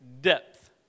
depth